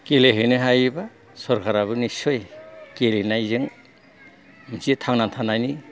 गेलेहैनो हायोबा सरकाराबो निसय गेलेनायजों मोनसे थांना थानायनि